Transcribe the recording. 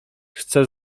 chcę